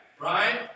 right